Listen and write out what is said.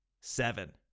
seven